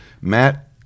Matt